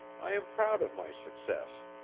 i am proud of my success.